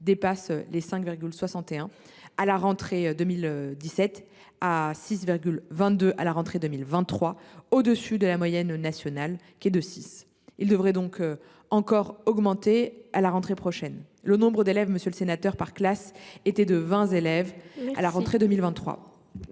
passé de 5,61 à la rentrée 2017 à 6,22 à la rentrée 2023, au dessus de la moyenne nationale, qui est de 6. Ce taux devrait encore augmenter à la rentrée prochaine. Je rappelle que le nombre d’élèves par classe était de 20 élèves à la rentrée 2023.